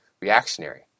reactionary